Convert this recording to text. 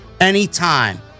anytime